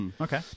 Okay